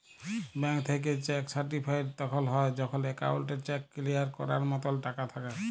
bank থ্যাইকে check certified তখল হ্যয় যখল একাউল্টে চ্যাক কিলিয়ার ক্যরার মতল টাকা থ্যাকে